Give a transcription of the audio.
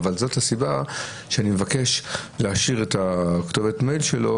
אבל זו הסיבה שאני מבקש להשאיר את כתובת המייל שלו,